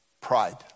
pride